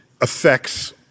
affects